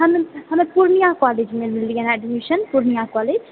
हम पूर्णिया कॉलेजमे लेलिऐ हँ एडमिशन पूर्णिया कॉलेज